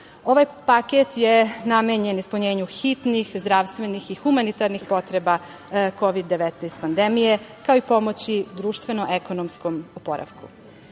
Ovaj paket je namenjen ispunjenju hitnih zdravstvenih i humanitarnih potreba Kovid-19 pandemije, kao i pomoći društveno-ekonomskom oporavku. Evropske